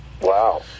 Wow